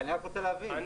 אני רוצה להבין,